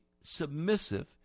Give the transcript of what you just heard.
submissive